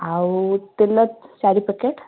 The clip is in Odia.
ଆଉ ତେଲ ଚାରି ପ୍ୟାକେଟ୍